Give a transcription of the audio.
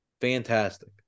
Fantastic